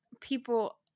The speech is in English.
people